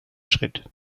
schritt